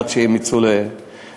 עד שהם יצאו לבתי-המשפט.